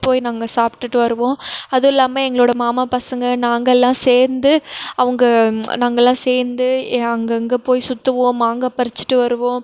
போய் நாங்கள் சாப்பிட்டுட்டு வருவோம் அதுவும் இல்லாமல் எங்களோடய மாமா பசங்க நாங்கெல்லாம் சேர்ந்து அவங்க நாங்கெல்லாம் சேர்ந்து அங்கங்கே போய் சுற்றுவோம் மாங்காய் பறித்துட்டு வருவோம்